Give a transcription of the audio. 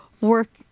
work